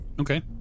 Okay